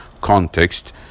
context